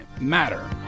matter